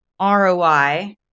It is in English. ROI